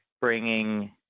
bringing